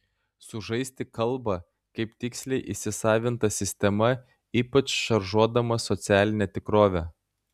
sužaisti kalba kaip tiksliai įsisavinta sistema ypač šaržuodamas socialinę tikrovę